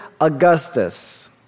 Augustus